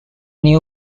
new